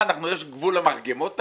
יש גבול למרגמות היום?